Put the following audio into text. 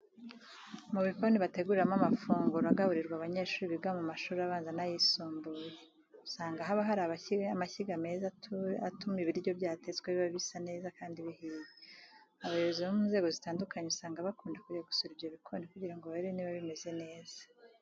Mu bikoni bateguriramo amafungura agaburirwa abanyeshuri biga mu mashuri abanza n'ayisumbuye, usanga haba hari amashyiga meza atuma ibiryo byatetswe biba bisa neza kandi bihiye. Abayobozi mu nzego zitandukanye usanga bakunda kujya gusura ibyo bikoni kugira ngo barebe niba bimeze neza.